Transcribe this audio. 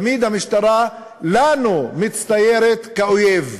תמיד המשטרה מצטיירת כאויב לנו.